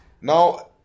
Now